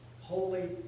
holy